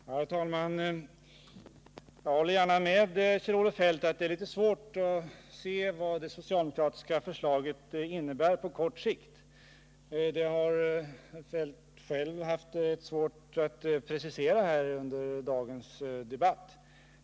Herr talman! Jag håller gärna med Kjell-Olof Feldt om att det är litet svårt att se vad det socialdemokratiska förslaget innebär på kort sikt. Det har Feldt själv haft rätt svårt att precisera under dagens debatt.